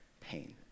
pain